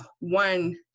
one